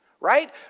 right